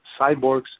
cyborgs